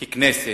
ככנסת,